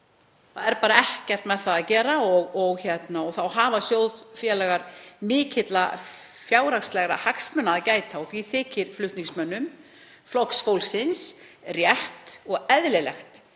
Það hefur bara ekkert með það að gera. Þá hafa sjóðfélagar mikilla fjárhagslegra hagsmuna að gæta og því þykir flutningsmönnum rétt og eðlilegt